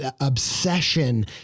obsession